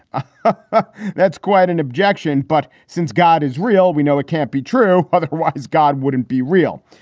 ah ah that's quite an objection. but since god is real, we know it can't be true. otherwise, god wouldn't be real.